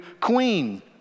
queen